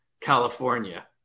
California